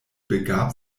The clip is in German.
begab